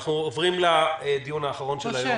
אנחנו עוברים לדיון האחרון של היום.